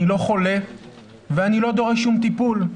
אני לא חולה ואני לא דורש שום טיפול.